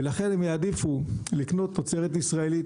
ולכן הם יעדיפו לקנות תוצרת ישראלית,